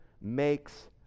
makes